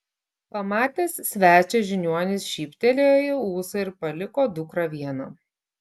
pamatęs svečią žiniuonis šyptelėjo į ūsą ir paliko dukrą vieną